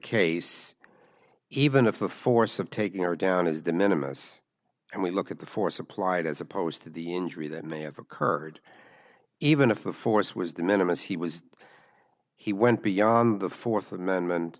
case even if the force of taking her down is the minimum and we look at the force applied as opposed to the injury that may have occurred even if the force was the minimize he was he went beyond the fourth amendment